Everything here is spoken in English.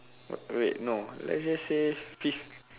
oh wait no let's just says fif~